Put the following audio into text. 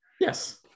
Yes